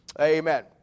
Amen